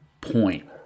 point